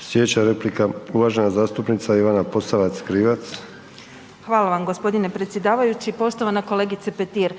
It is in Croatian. Sljedeća replika uvažena zastupnica Ivana Posavec Krivec. **Posavec Krivec, Ivana (SDP)** Hvala vam gospodine predsjedavajući. Poštovana kolegice Petir.